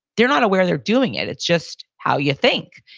they're not aware they're doing it. it's just how you think.